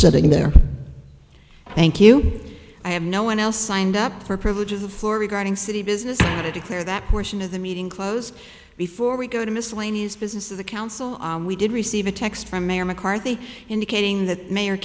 sitting there thank you i have no one else signed up for privilege of the floor regarding city business to declare that portion of the meeting close before we go to miscellaneous business of the council we did receive a text from mayor mccarthy indicating that mayor